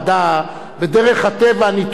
בדרך הטבע אני תומך בעמדתה,